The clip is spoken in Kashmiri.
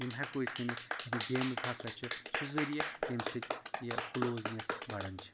یِم ہٮ۪کو أسۍ ؤنِتھ یِم گیمٕز ہَسا چھ سُہ ذٔریعہِ ییٚمہِ سۭتۍ یہِ کٕلوزنیٚس بَڑان چھِ